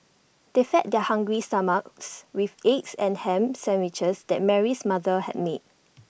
they fed their hungry stomachs with the egg and Ham Sandwiches that Mary's mother had made